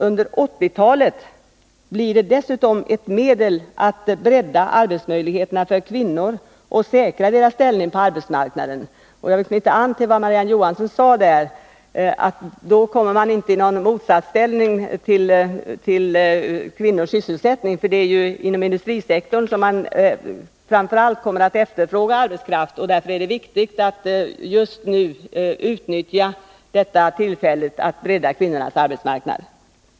Under 1980-talet blir det dessutom ett medel att bredda arbetsmöjligheterna för kvinnor och säkra deras ställning på arbetsmarknaden. Där vill jag knyta an till vad Marie-Ann Johansson sade om kvinnornas sysselsättning. Det är ju framför allt inom industrisektorn som man kommer att efterfråga arbetskraft, och därför är det viktigt att just nu utnyttja tillfället att bredda kvinnornas arbetsmarknad.